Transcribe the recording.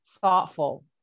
thoughtful